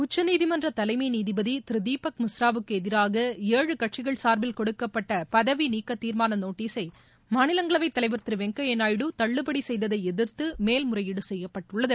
உச்சநீதிமன்ற தலைமை நீதிபதி திரு தீபக் மிஸ்ராவுக்கு எதிராக ஏழு கட்சிகள் சாா்பில் கொடுக்கப்பட்ட பதவி நீக்க தீர்மான நோட்டசை மாநிலங்களவை தலைவர் திரு வெங்கப்ய நாயுடு தள்ளுபடி செய்ததை எதிர்த்து மேல் முறையீடு செய்யப்பட்டுள்ளது